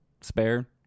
spare